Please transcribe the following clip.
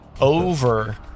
over